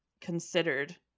considered